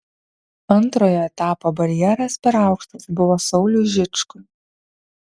antrojo etapo barjeras per aukštas buvo sauliui žičkui